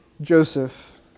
Joseph